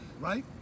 Right